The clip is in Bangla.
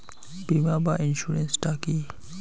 বিমা বা ইন্সুরেন্স টা কি?